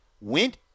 went